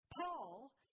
Paul